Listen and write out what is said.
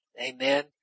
Amen